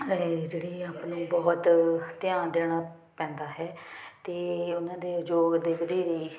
ਜਿਹੜੀ ਆਪਣੇ ਬਹੁਤ ਧਿਆਨ ਦੇਣਾ ਪੈਂਦਾ ਹੈ ਅਤੇ ਉਹਨਾਂ ਦੇ ਯੋਗ ਦੇਖਦੇ ਹੋਏ